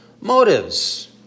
motives